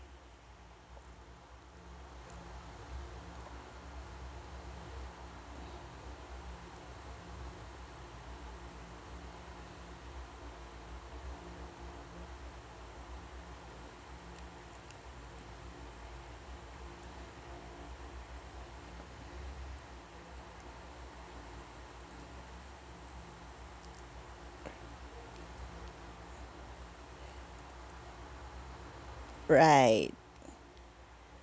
right